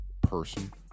person